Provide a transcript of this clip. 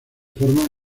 forma